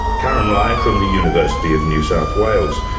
karyn lai from the university of new south wales.